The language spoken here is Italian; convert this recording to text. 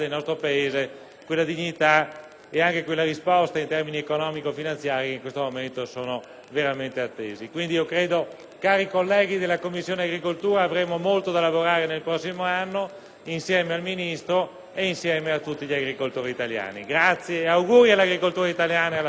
quella dignità e anche quelle risposte in termini economico-finanziari che in questo momento sono veramente attese. Cari colleghi della Commissione agricoltura, credo che avremo molto da lavorare nel prossimo anno, insieme al Ministro e a tutti gli agricoltori italiani. Rivolgo un augurio a tutta l'agricoltura italiana e alla pesca.